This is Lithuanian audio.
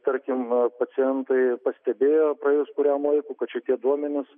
tarkim pacientai pastebėjo praėjus kuriam laikui kad šitie duomenys